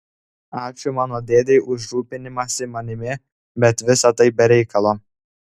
ačiū mano dėdei už rūpinimąsi manimi bet visa tai be reikalo